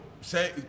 say